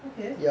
okay